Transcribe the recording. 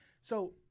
So-